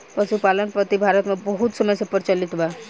पशुपालन पद्धति भारत मे बहुत समय से प्रचलित बा